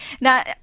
Now